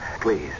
Please